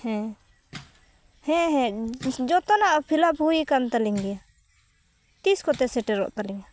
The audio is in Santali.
ᱦᱮᱸ ᱦᱮᱸ ᱦᱮᱸ ᱡᱚᱛᱚᱣᱟᱜ ᱯᱷᱤᱞᱟᱯ ᱦᱩᱭ ᱟᱠᱟᱱ ᱛᱟᱹᱞᱤᱧ ᱜᱮᱭᱟ ᱛᱤᱥ ᱠᱚᱛᱮ ᱥᱮᱴᱮᱨᱚᱜ ᱛᱟᱹᱞᱤᱧᱟ